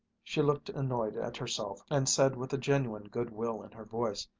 she looked annoyed at herself and said with a genuine good-will in her voice,